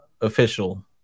official